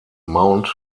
mount